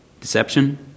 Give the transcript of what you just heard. deception